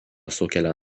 sukelia